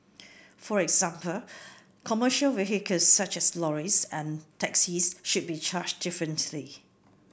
for example commercial vehicles such as lorries and taxis should be charged differently